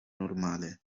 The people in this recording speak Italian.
normale